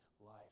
life